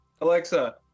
Alexa